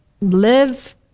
live